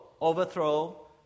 overthrow